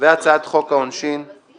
של חברת הכנסת אורלי לוי אבקסיס.